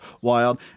wild